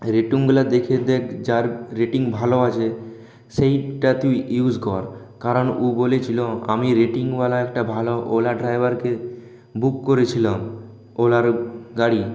রেটিংগুলো দেখে দেখ যার রেটিং ভালো আছে সেইটা তুই ইউজ কর কারণ ও বলেছিল আমি রেটিংওয়ালা একটা ভালো ওলা ড্রাইভারকে বুক করেছিলাম ওলার গাড়ি